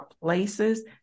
places